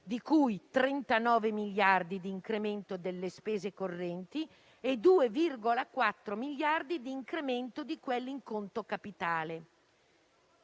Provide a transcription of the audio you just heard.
di cui 39 miliardi di incremento delle spese correnti e 2,4 miliardi di incremento di quelle in conto capitale.